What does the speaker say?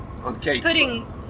pudding